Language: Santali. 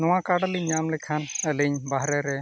ᱱᱚᱣᱟ ᱠᱟᱨᱰᱞᱤᱧ ᱧᱟᱢ ᱞᱮᱠᱷᱟᱱ ᱟᱹᱞᱤᱧ ᱵᱟᱦᱨᱮ ᱨᱮ